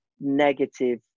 negative